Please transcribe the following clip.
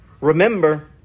Remember